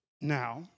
Now